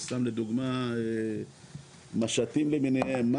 סתם לדוגמא משטים למיניהם,